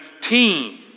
team